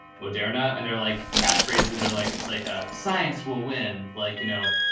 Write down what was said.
moderna and they're like catchphrases or like, it's like a science will win. like, you know,